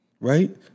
Right